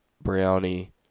Brownie